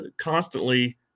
constantly